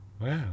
Wow